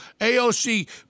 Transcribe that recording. AOC